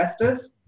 investors